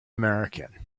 american